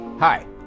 Hi